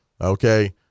okay